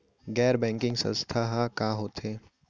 गैर बैंकिंग संस्था ह का होथे?